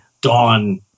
dawn